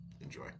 Enjoy